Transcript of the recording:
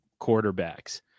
quarterbacks